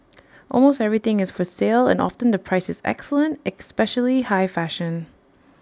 almost everything is for sale and often the price is excellent especially high fashion